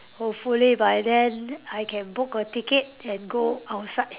hopefully by then I can book a ticket and go outside